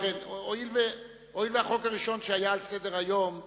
ובכן, הואיל והחוק הראשון שהיה על סדר-היום,